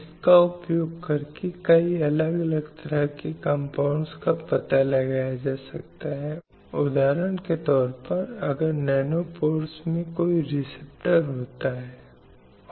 क्योंकि दुनिया भर में ऐसे कई उदाहरण हैं जहां 10 9 12 13 साल के बच्चों को शादी में दिया जाता है वहीं भारत भी इसका अपवाद नहीं है